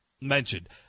mentioned